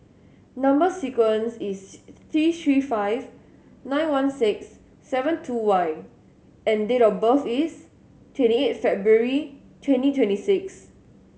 number sequence is T Three five nine one six seven two Y and date of birth is twenty eight February twenty twenty six